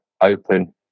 open